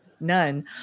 none